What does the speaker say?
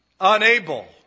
unable